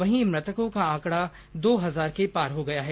वहीं मृतकों का आंकड़ा दो हजार के पार हो गया है